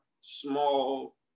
small